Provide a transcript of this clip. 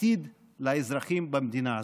עתיד לאזרחים במדינה הזאת.